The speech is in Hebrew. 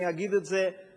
אני אגיד את זה כמעט